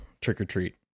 trick-or-treat